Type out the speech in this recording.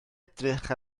edrych